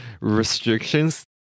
Restrictions